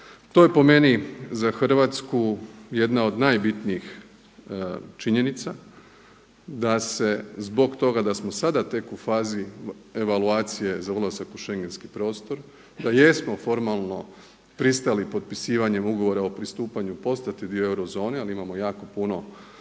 To je po meni za Hrvatsku jedna od najbitnijih činjenica, da se zbog toga da smo sada tek u fazi evaluacije za ulazak u schengenski prostor, da jesmo formalno pristali potpisivanjem Ugovora o pristupanju postati dio eurozone, ali imamo jako puno